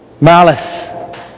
malice